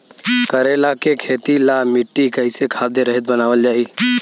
करेला के खेती ला मिट्टी कइसे खाद्य रहित बनावल जाई?